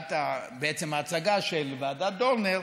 בתחילת בעצם ההצגה של ועדת דורנר,